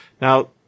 Now